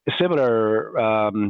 similar